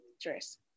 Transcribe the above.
dress